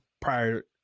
prior